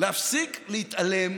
ולהפסיק להתעלם